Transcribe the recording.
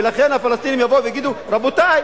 ולכן הפלסטינים יבואו ויגידו: רבותי,